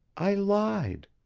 i lied